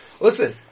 Listen